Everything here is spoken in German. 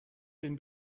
den